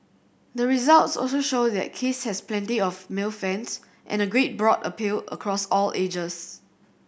the results also show that Kiss has plenty of male fans and a great broad appeal across all ages